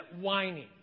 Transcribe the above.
whining